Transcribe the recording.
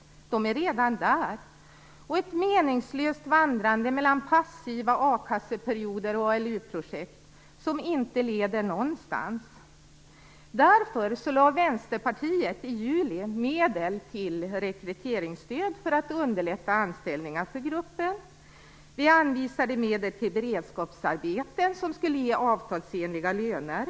Många är redan där, med ett meningslöst vandrande mellan passiva a-kasseperioder och ALU projekt, som inte leder någonstans. Därför föreslog Vänsterpartiet i juli medel till rekryteringsstöd för att underlätta anställningar för denna grupp. Vi anvisade medel till beredskapsarbeten som skulle ge avtalsenliga löner.